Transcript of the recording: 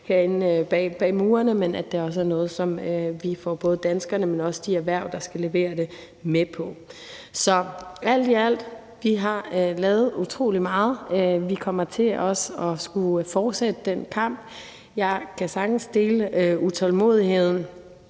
herinde bag murene, men at det også er noget, som vi får både danskerne, men også de erhverv, der skal levere det, med på. Så alt i alt har vi lavet utrolig meget. Vi kommer også til at skulle fortsætte den kamp. Jeg kan sagtens dele utålmodigheden,